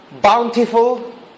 bountiful